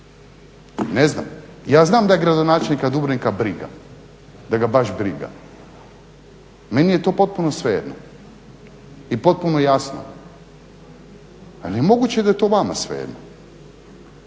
Ne znam. Ja znam da je gradonačelnika Dubrovnika briga, da ga baš briga. Meni je to potpuno svejedno i potpuno jasno. A je li moguće da je to vama svejedno?